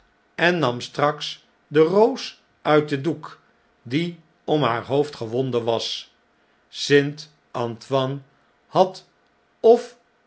en nam straks de roos nit den doek die om haar hoofd gewonden was st antoine bad